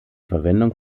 verwendung